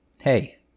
Hey